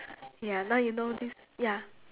ya now you know this ya